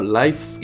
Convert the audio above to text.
life